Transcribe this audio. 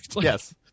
yes